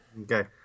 Okay